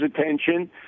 attention